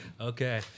Okay